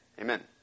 amen